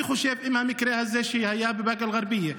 אני חושב שהמקרה הזה שהיה בבאקה אל-גרבייה,